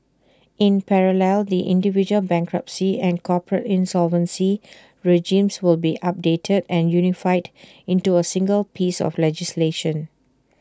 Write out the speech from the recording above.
in parallel the individual bankruptcy and corporate insolvency regimes will be updated and unified into A single piece of legislation